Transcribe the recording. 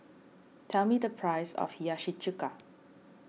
tell me the price of Hiyashi Chuka